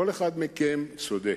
כל אחד מכם צודק.